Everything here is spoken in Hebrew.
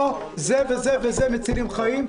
זה וזה וזה מצילים חיים,